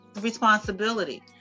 responsibility